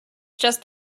just